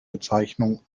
bezeichnung